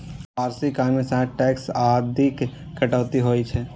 वार्षिक आय मे सं टैक्स आदिक कटौती होइ छै